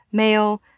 male,